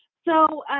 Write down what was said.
so,